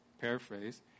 paraphrase